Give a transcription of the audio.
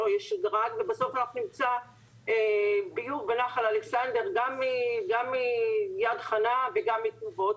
ובסוף אנחנו ונמצא ביוב בנחל אלכסנדר גם מיד חנה וגם מתנובות.